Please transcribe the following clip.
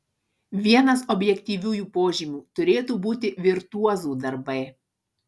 vienas objektyviųjų požymių turėtų būti virtuozų darbai